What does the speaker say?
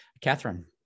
Catherine